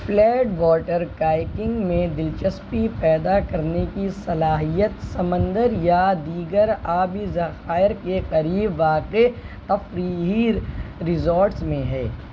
flat water kayaking میں دلچسپی پیدا کرنے کی صلاحیت سمندر یا دیگر آبی ذخائر کے قریب واقع تفریحی ریزورٹس میں ہے